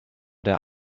der